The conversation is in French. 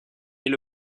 est